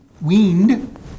weaned